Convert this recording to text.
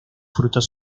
frutos